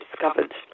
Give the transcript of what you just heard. discovered